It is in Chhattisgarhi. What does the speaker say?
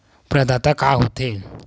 प्रदाता का हो थे?